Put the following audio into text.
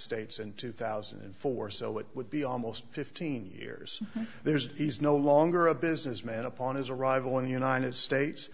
states in two thousand and four so it would be almost fifteen years there's he's no longer a businessman upon his arrival in the united states